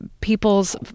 people's